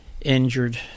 injured